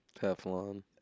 Teflon